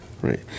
right